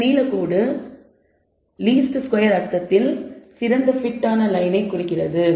இந்த நீலக்கோடு least square அர்த்தத்தில் சிறந்த fit லயனை குறிக்கிறது